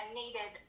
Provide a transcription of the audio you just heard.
needed